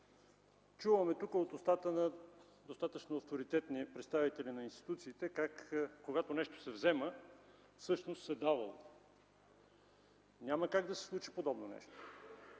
Чуваме тук от устата на достатъчно авторитетни представители на институциите как когато нещо се взема, всъщност се давало. Няма как да се случи подобно нещо.